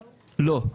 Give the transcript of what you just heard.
לא.